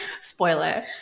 Spoiler